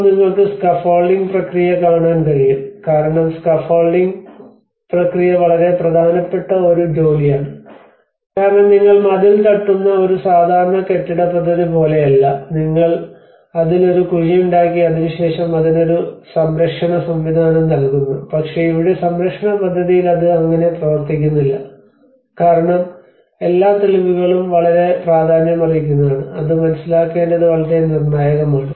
ഇപ്പോൾ നിങ്ങൾക്ക് സ്കാർഫോൾഡിംഗ് പ്രക്രിയ കാണാൻ കഴിയും കാരണം സ്കാർഫോൾഡിംഗ് പ്രക്രിയ വളരെ പ്രധാനപ്പെട്ട ഒരു ജോലിയാണ് കാരണം നിങ്ങൾ മതിൽ തട്ടുന്ന ഒരു സാധാരണ കെട്ടിട പദ്ധതി പോലെയല്ല നിങ്ങൾ അതിൽ ഒരു കുഴിയുണ്ടാക്കി അതിനുശേഷം അതിനൊരു ഒരു സംരക്ഷണം സംവിധാനം നൽകുന്നു പക്ഷേ ഇവിടെ സംരക്ഷണ പദ്ധതിയിൽ അത് അങ്ങനെ പ്രവർത്തിക്കുന്നില്ല കാരണം എല്ലാ തെളിവുകളും വളരെ പ്രാധാന്യമർഹിക്കുന്നതാണ് അത് മനസിലാക്കേണ്ടത് വളരെ നിർണായകമാണ്